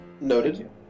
Noted